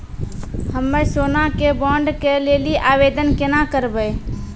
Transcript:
हम्मे सोना के बॉन्ड के लेली आवेदन केना करबै?